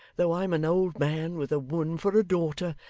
though i'm an old man, with a woman for a daughter,